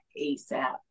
ASAP